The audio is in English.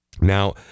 Now